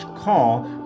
call